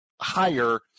higher